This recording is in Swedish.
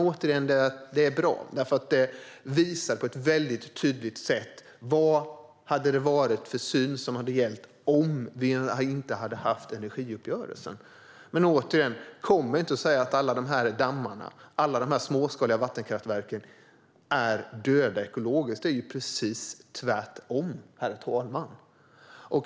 Men det är bra, för det visar på ett väldigt tydligt sätt vilken syn som hade gällt om vi inte hade haft energiuppgörelsen. Återigen: Kom inte och säg att alla de här dammarna och småskaliga vattenkraftverken är döda ekologiskt! Det är ju precis tvärtom, herr talman.